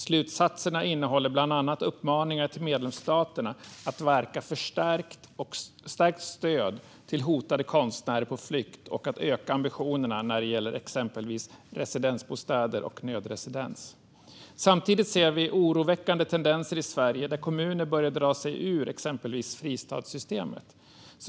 Slutsatserna innehåller bland annat uppmaningar till medlemsstaterna att verka för stärkt stöd till hotade konstnärer på flykt och att öka ambitionerna när det gäller exempelvis residensbostäder och nödresidens. Samtidigt ser vi oroväckande tendenser i Sverige; exempelvis börjar kommuner dra sig ur fristadssystemet.